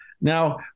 Now